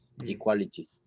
equality